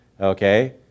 Okay